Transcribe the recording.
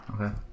Okay